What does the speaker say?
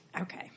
Okay